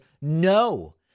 no